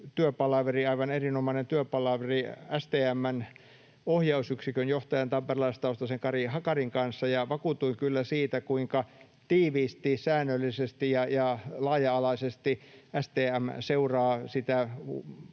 aivan erinomainen työpalaveri, STM:n ohjausyksikön johtajan, tamperelaistaustaisen Kari Hakarin kanssa, ja vakuutuin kyllä siitä, kuinka tiiviisti, säännöllisesti ja laaja-alaisesti STM seuraa